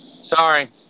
Sorry